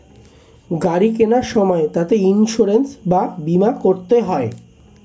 গাড়ি কেনার সময় তাতে ইন্সুরেন্স বা বীমা করতে হয়